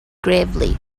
gravely